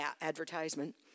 advertisement